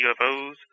UFOs